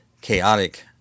chaotic